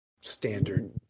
standard